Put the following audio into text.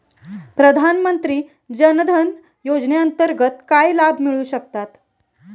प्रधानमंत्री जनधन योजनेअंतर्गत काय लाभ मिळू शकतात?